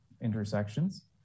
intersections